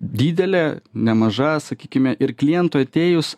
didelė nemaža sakykime ir klientui atėjus